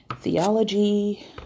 Theology